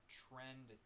trend